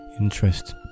interest